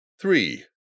three